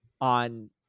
on